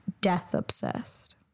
death-obsessed